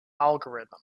algorithm